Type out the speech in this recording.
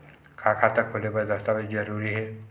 का खाता खोले बर दस्तावेज जरूरी हे?